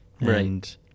Right